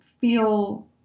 feel